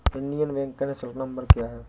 Indian Bank का निःशुल्क number क्या है?